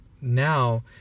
now